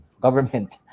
government